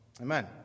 Amen